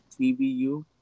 TVU